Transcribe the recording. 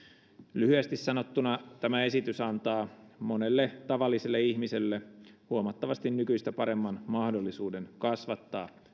lyhyesti sanottuna tämä esitys antaa monelle tavalliselle ihmiselle huomattavasti nykyistä paremman mahdollisuuden kasvattaa